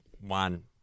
One